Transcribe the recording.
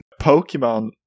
Pokemon